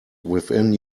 within